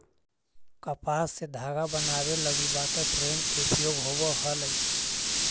कपास से धागा बनावे लगी वाटर फ्रेम के प्रयोग होवऽ हलई